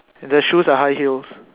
the shoes are high heels